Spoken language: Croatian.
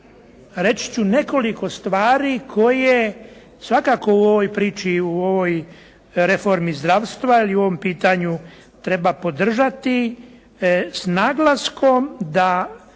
reći ću nekoliko stvari koje svakako u ovoj priči, u ovoj reformi zdravstva ili u ovom pitanju treba podržati s naglaskom da